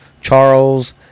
Charles